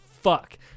fuck